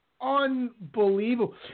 Unbelievable